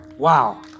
Wow